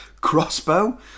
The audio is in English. crossbow